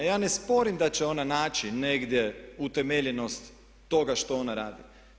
Ja ne sporim da će ona naći negdje utemeljenost toga što ona radi.